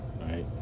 right